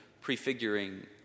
prefiguring